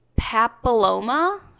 papilloma